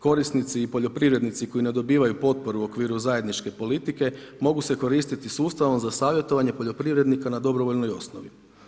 Korisnici i poljoprivrednici koji ne dobivaju potporu u okviru zajedničke politike, mogu se koristiti sustavom za savjetovanje poljoprivrednika na dobrovoljnoj osnovi.